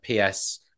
PS